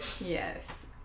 Yes